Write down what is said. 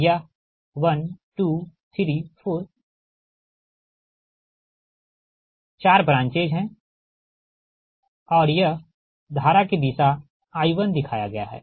यह 1 2 3 4 चार ब्रांचेज है और यह धारा की दिशा I1दिखाया गया है